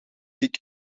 keek